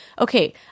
Okay